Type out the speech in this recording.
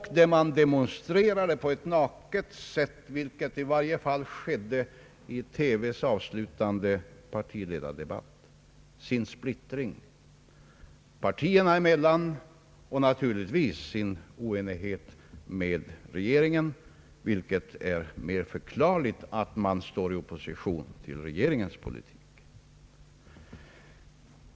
I varje fall i TV:s avslutande partiledardebatt demonstrerades på ett naket sätt den splittring som råder mellan de borgerliga partierna inbördes och naturligtvis mellan de borgerliga partierna å ena sidan och regeringspartiet å den andra. Det senare är ju mera förklarligt.